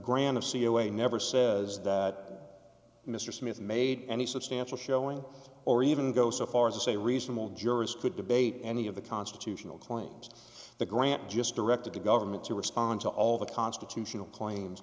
o never says that mr smith made any substantial showing or even go so far d as to say reasonable jurist could debate any of the constitutional claims the grant just directed to government to respond to all the constitutional claims